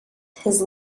his